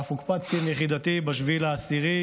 ואף הוקפצתי עם יחידתי ב-7 באוקטובר,